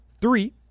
three